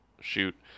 shoot